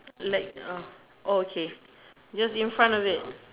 like oh okay just in front of it